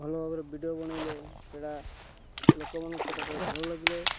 ଭଲ ଭାବରେ ଭିଡ଼ିଓ ବନେଇଲେ ସେଇଟା ଲୋକମାନଙ୍କ ପାଖରେ ଭଲ ଲାଗିଲେ